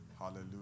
Hallelujah